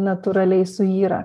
natūraliai suyra